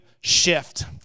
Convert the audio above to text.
shift